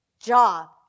job